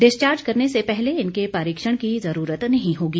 discharge करने से पहले इनके परीक्षण की जरूरत नहीं होगी